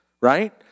right